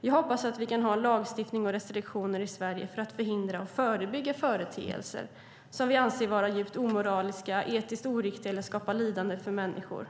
Jag hoppas att vi kan ha lagstiftning och restriktioner i Sverige för att förhindra och förebygga företeelser som vi anser vara djupt omoraliska, etiskt oriktiga eller skapar lidande för människor.